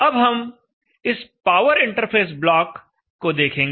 अब हम इस पावर इंटरफ़ेस ब्लॉक को देखेंगे